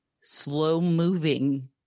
slow-moving